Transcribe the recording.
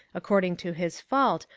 according to his fault,